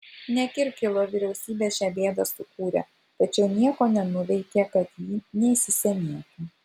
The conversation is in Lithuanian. ne kirkilo vyriausybė šią bėdą sukūrė tačiau nieko nenuveikė kad ji neįsisenėtų